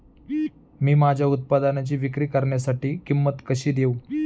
मी माझ्या उत्पादनाची विक्री करण्यासाठी किंमत कशी देऊ?